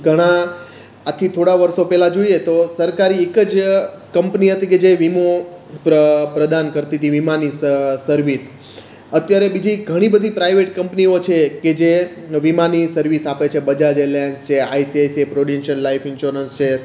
ઘણાં આજથી થોડા વર્ષો પહેલાં જોઈએ તો સરકારી એક જ કંપની હતી કે જે વીમો પ્ર પ્રદાન કરતી તી વીમાની સર્વિસ અત્યારે બીજી ઘણી બધી પ્રાઇવેટ કંપનીઓ છે કે જે વીમાની સર્વિસ આપે છે બજાજ એલાયન્સ છે આઈસીઆઈસીઆઈ પ્રુડેન્ટિયલ લાઈફ ઈન્શ્યોરન્સ છે